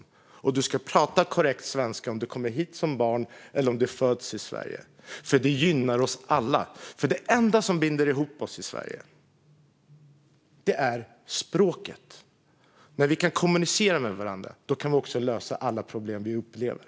Du ska prata korrekt svenska om du kommer hit som barn eller om du föds i Sverige, för det gynnar oss alla. Det enda som binder ihop oss i Sverige är språket. När vi kan kommunicera med varandra kan vi också lösa alla problem vi upplever.